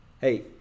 hey